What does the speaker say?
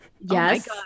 yes